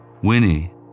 Winnie